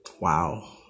wow